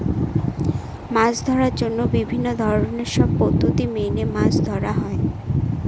মাছ ধরার জন্য বিভিন্ন ধরনের সব পদ্ধতি মেনে মাছ ধরা হয়